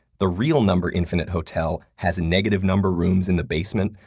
the real number infinite hotel has negative number rooms in the basement,